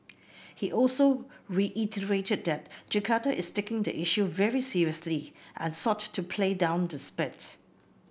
he also reiterated that Jakarta is taking the issue very seriously and sought to play down the spat